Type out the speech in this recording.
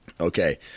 Okay